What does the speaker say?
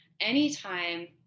anytime